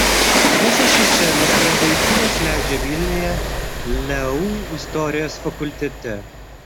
visą šį semestrą vaikinas leidžia vilniuje leu istorijos fakultete